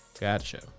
Gotcha